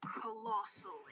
colossally